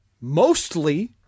mostly